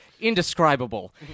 indescribable